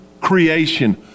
creation